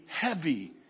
heavy